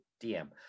DM